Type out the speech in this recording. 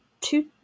two